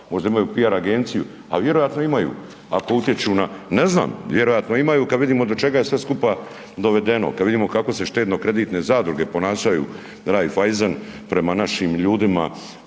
možda imaju PR agenciju, a vjerojatno imaju ako utječu na, ne znam vjerojatno imaju kad vidimo do čega je sve skupa dovedeno, kad vidimo kako se štedno kreditne zadruge ponašanju Raiffeisen prema našim ljudima